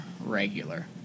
regular